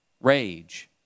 rage